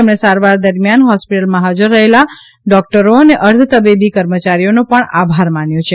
તેમણે સારવાર દરમિયાન હોસ્પિટલમાં હાજર રહેલા ડોકટરો અને અર્ધ તબીબી કર્મચારીઓનો પણ આભાર માન્યો છે